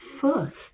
first